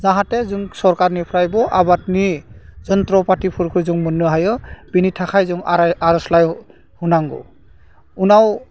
जाहाथे जों सरकारनिफ्रायबो आबादनि जन्थ्रफाथिफोरखौ जों मोन्नो हायो बेनि थाखाय जों आर'जलाइ होनांगौ उनाव